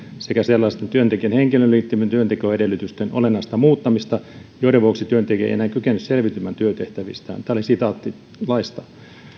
sekä sellaisten työntekijän henkilöön liittyvien työntekoedellytysten olennaista muuttumista joiden vuoksi työntekijä ei enää kykene selviytymään työtehtävistään tämä oli sitaatti laista